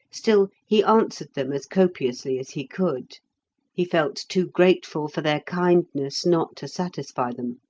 still he answered them as copiously as he could he felt too grateful for their kindness not to satisfy them.